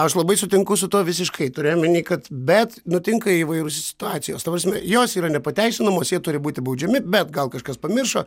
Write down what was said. aš labai sutinku su tuo visiškai turiu omeny kad bet nutinka įvairios situacijos ta prasme jos yra nepateisinamos jie turi būti baudžiami bet gal kažkas pamiršo